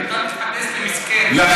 אתה מתחפש למסכן, וזה לא נכון.